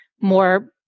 more